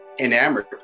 enamored